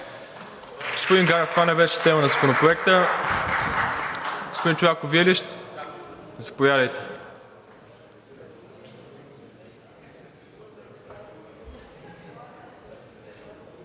Господин Ганев, това не беше тема на Законопроекта. Господин Чолаков, Вие ли ще вземете